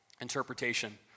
interpretation